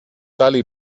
tali